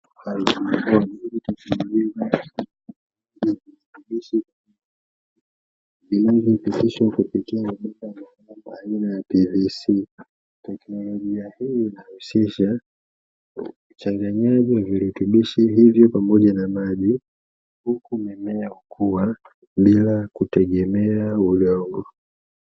Haidroponi, hii ni teknolojia inayohusisha uchanganyaji wa virutubishi vinavyopitishwa kupitia mabomba maalumu aina ya "pvc". Teknolojia hii inahusisha uchanganyaji virutubishi hivyo pamoja na maji, huku mimea hukua bila kutegemea udongo.